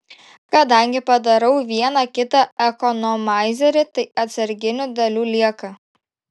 kadangi padarau vieną kitą ekonomaizerį tai atsarginių dalių lieka